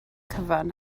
cyfan